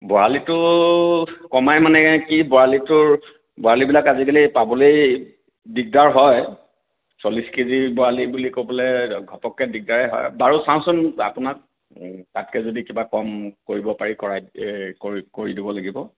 বৰালিটো কমাই মানে কি বৰালিটোৰ বৰালিবিলাক আজিকালি পাবলেৈ দিগদাৰ হয় চল্লিছ কেজি বৰালি বুলি ক'বলে ঘপকৰে দিগদাৰেই হয় বাৰু চাওঁচোন আপোনাক তাতকৈ যদি কিবা কম কৰিব পাৰি এই কৰি দিব লাগিব